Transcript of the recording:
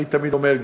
אני תמיד אומר,